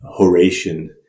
Horatian